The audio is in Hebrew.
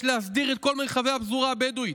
יש להסדיר את כל מרחבי הפזורה הבדואית,